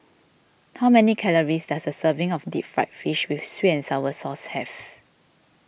how many calories does a serving of Deep Fried Fish with Sweet and Sour Sauce have